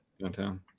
downtown